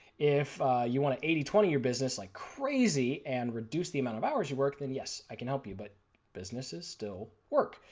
if you want to eighty twenty your business like crazy and reduce the amount of hours that you work then yes i can help you, but business is still work.